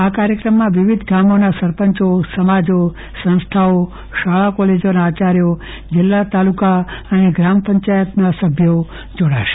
આ કાર્યક્રમમાં વિવિધ ગામોના સરપંચો સમાજો સંસ્થાઓ શાળા કોલેજોના આચાર્યો જિલ્લા તાલુકા અને ગ્રામ પંચાયતના સભ્યો જોડાશે